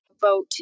vote